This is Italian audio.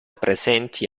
presenti